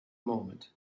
moment